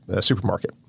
supermarket